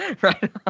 Right